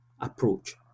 approach